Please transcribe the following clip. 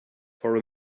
for